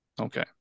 Okay